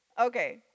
Okay